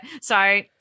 So-